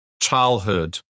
childhood